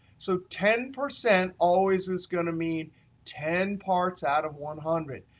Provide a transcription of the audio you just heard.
so ten percent always is going to mean ten parts out of one hundred.